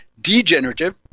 degenerative